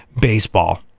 baseball